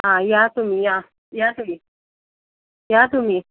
हां या तुम्ही या या तुम्ही या तुम्ही